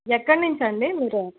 ఎక్కడి నుంచి అండి మీరు